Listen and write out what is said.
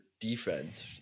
defense